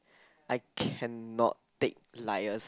I cannot take liars